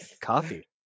Coffee